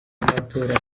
amatora